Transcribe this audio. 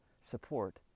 support